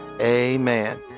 amen